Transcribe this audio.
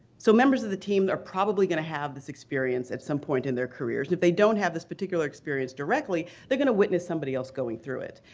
so members of the team are probably going to have this experience at some point in their careers. if they don't have this particular experience directly, they're going to witness somebody else going through it.